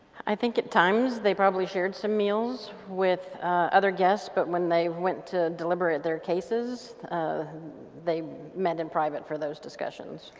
i think at times they probably shared some meals with other guests, but when they went to deliberate their cases they met in private for those discussions.